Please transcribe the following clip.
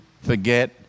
forget